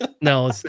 No